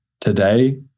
today